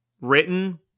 written